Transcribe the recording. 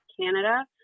Canada